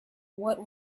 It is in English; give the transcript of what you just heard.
what